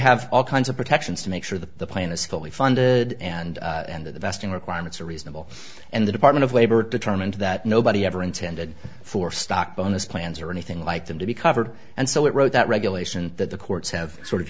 have all kinds of protections to make sure that the plan is fully funded and the best in requirements are reasonable and the department of labor determined that nobody ever intended for stock bonus plans or anything like them to be covered and so it wrote that regulation that the courts have sort of